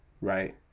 right